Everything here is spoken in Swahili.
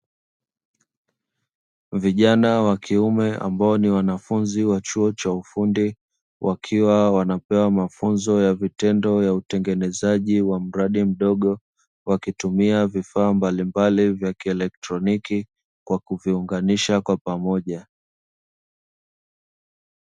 Vijana wakiume ambao ni wanafunzi wa chuo cha ufundi, wakiwa wanapewa mafunzo ya vitendo ya utengenezaji wa mradi mdogo wakitumia vifaa mbalimbali vya kielektroniki kwa kuvinganisha kwa pamoja.